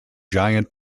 giant